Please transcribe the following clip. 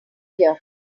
here